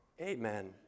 Amen